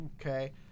okay